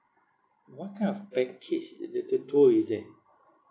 what kind of package uh the the tour is it